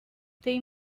tem